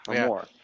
more